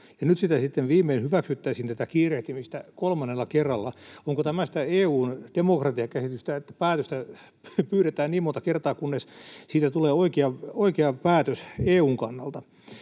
kiirehtimistä sitten viimein hyväksyttäisiin kolmannella kerralla. Onko tämä sitä EU:n demokratiakäsitystä, että päätöstä pyydetään niin monta kertaa, kunnes siitä tulee oikea päätös EU:n kannalta?